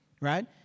right